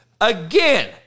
Again